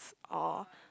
oh